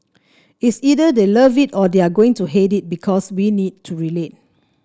it's either they love it or they are going to hate it because we need to relate